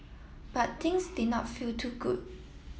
but things did not feel too good